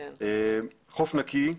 חוף נקי,